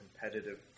competitive